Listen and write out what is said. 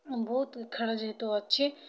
ବହୁତ ଖେଳ ଯେହେତୁ ଅଛି